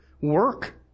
work